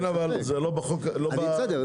אבל זה לא בצו הזה.